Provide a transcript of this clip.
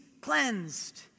cleansed